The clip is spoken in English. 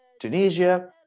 Tunisia